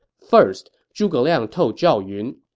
first, zhuge liang told zhao yun,